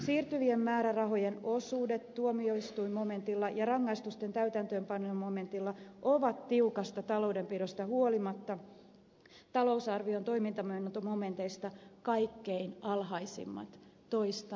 siirtyvien määrärahojen osuudet tuomioistuinmomentilla ja rangaistusten täytäntöönpanon momentilla ovat tiukasta taloudenpidosta huolimatta talousarvion toimintamenomomenteista kaikkein alhaisimmat toistan